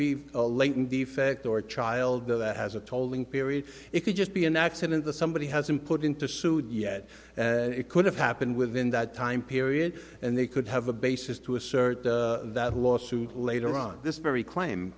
be a latent defect or a child that has a tolling period it could just be an accident the somebody has been put into sued yet it could have happened within that time period and they could have a basis to assert that a lawsuit later on this very claim